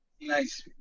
Nice